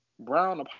Brown